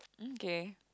mm K